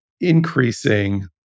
increasing